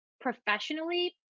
professionally